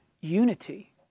unity